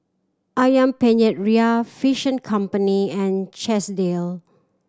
Ayam Penyet Ria Fish and Company and Chesdale